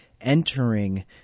entering